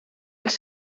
els